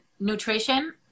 Nutrition